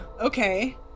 okay